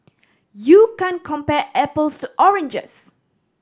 you can compare apples to oranges